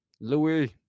Louis